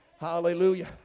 Hallelujah